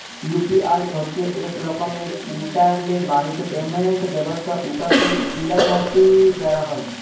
UPI হছে ইক রকমের ইলটারলেট বাহিত পেমেল্ট ব্যবস্থা উটতে কিলা কাটি ক্যরা যায়